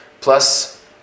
plus